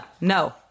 No